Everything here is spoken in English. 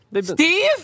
Steve